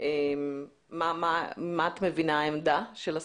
מה העמדה של השרה?